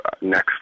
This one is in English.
next